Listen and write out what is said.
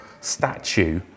statue